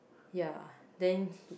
yeah then he